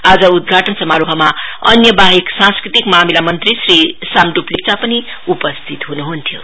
आज उद्घाटन समारोहमा अन्यबाहेक सांस्कृतिक मामला मन्त्री श्री साम्ड्प लेप्चा पनि उपस्थित हुनुहुन्थ्यो